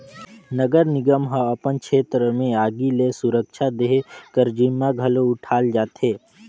नगर निगम ह अपन छेत्र में आगी ले सुरक्छा देहे कर जिम्मा घलो उठाल जाथे